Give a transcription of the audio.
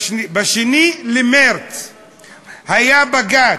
ב-2 במרס היה בג"ץ,